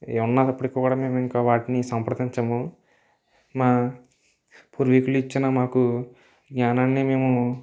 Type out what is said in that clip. ఉన్నప్పటికి కూడా మేము ఇంకా వాటిని సంప్రదించుము మా పూర్వీకులు ఇచ్చిన మాకు జ్ఞానాన్ని మేము